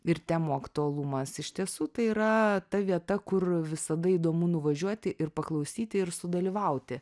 ir temų aktualumas iš tiesų tai yra ta vieta kur visada įdomu nuvažiuoti ir paklausyti ir sudalyvauti